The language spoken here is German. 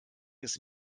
ist